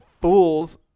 fools